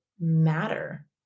matter